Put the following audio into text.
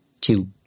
Two